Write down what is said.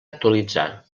actualitzar